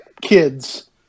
kids